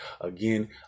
Again